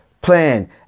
plan